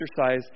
exercise